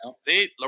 See